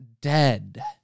dead